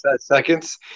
seconds